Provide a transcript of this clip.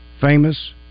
famous